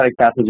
pathogens